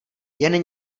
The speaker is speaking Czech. jen